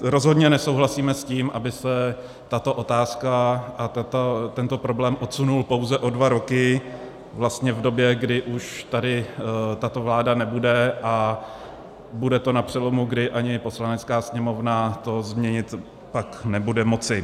Rozhodně nesouhlasíme se tím, aby se tato otázka, tento problém odsunul pouze o dva roky vlastně v době, kdy už tady tato vláda nebude a bude to na přelomu, kdy ani Poslanecká sněmovna to změnit pak nebude moci.